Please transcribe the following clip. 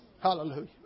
Hallelujah